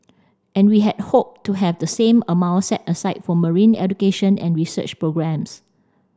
and we had hoped to have the same amount set aside for marine education and research programmes